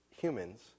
humans